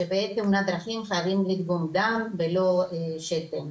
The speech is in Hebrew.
שבעת תאונות דרכים חייבים לדגום דם ולא שתן,